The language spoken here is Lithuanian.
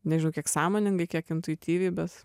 nežinau kiek sąmoningai kiek intuityviai bet